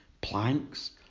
planks